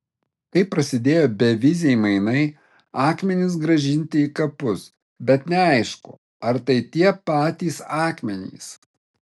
kai prasidėjo beviziai mainai akmenys grąžinti į kapus bet neaišku ar tai tie patys akmenys